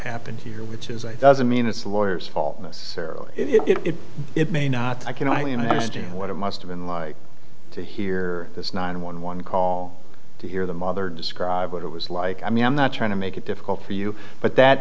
happened here which is a doesn't mean it's the lawyers fault necessarily it it may not i can only imagine what it must have been like to hear this nine one one call to hear the mother describe what it was like i mean i'm not trying to make it difficult for you but that